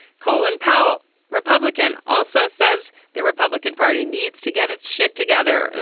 colin powell republican also says the republican party needs to get its shit together.